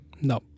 No